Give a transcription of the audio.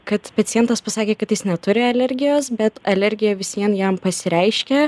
kad pacientas pasakė kad jis neturi alergijos bet alergija vis vien jam pasireiškė